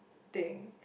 thing